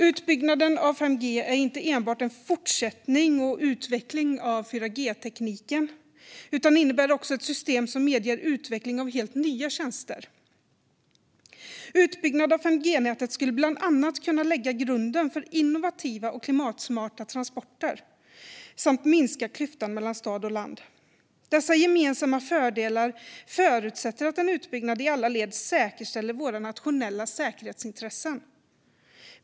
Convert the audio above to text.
Utbyggnaden av 5G är inte enbart en fortsättning och utveckling av 4G-tekniken utan innebär också ett system som medger utveckling av helt nya tjänster. Utbyggnad av 5G-nätet skulle bland annat kunna lägga grunden för innovativa och klimatsmarta transporter samt minska klyftan mellan stad och land. Dessa gemensamma fördelar förutsätter att en utbyggnad i alla led säkerställer våra nationella säkerhetsintressen.